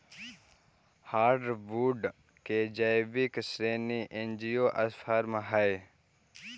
hardwood के जैविक श्रेणी एंजियोस्पर्म हइ